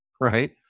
Right